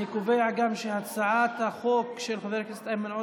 אני קובע שגם הצעת החוק של חבר הכנסת איימן עודה,